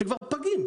שכבר פגים.